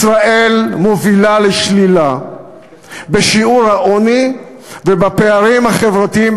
ישראל מובילה לשלילה בשיעור העוני ובפערים החברתיים,